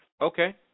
Okay